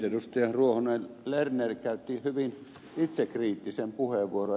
ruohonen lerner käytti hyvin itsekriittisen puheenvuoron